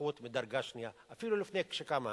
אזרחות ממדרגה שנייה, אפילו לפני שקמה המדינה.